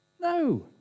No